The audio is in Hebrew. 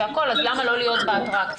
אז למה לא להיות באטרקציות?